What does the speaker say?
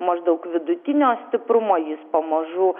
maždaug vidutinio stiprumo jis pamažu